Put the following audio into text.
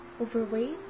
overweight